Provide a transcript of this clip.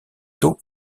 taux